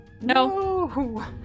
No